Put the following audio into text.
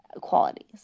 qualities